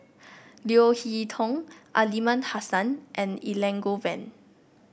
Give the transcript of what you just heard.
Leo Hee Tong Aliman Hassan and Elangovan